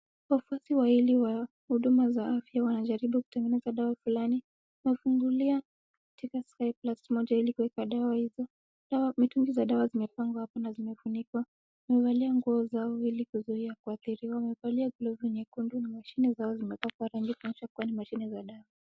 Wafuasi wawili wa huduma ya afya wanajaribu kutengeneza dawa fulani, wamefungulia katika sky plast moja ili kuweka dawa hizo, dawa za mitungi za dawa zimewekwa hapo na zimefunikwa wamevalia nguo zao wawili ili kuzuia kuadhiriwa, wamevalia glove nyekundu, mashine zao zimepakwa rangi kuonyesha ni kuwa ni mashine za dawa.